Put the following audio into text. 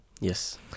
yes